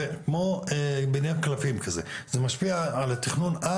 זה כמו בניין קלפים כזה, זה משפיע על התכנון על